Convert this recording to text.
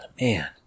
man